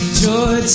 joy